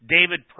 David